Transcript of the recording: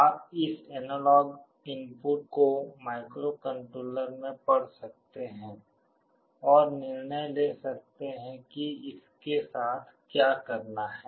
आप इस analogue input को माइक्रोकंट्रोलर में पढ़ सकते हैं और निर्णय ले सकते हैं कि इसके साथ क्या करना है